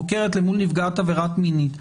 חוקרת למול נפגעת עבירה מינית,